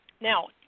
Now